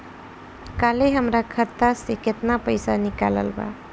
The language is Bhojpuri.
काल्हे हमार खाता से केतना पैसा निकलल बा?